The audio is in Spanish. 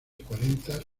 cuarenta